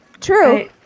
True